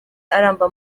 aramba